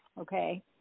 Okay